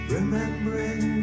Remembering